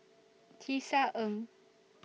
Tisa Ng